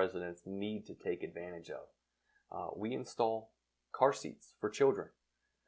residents need to take advantage of we install car seats for children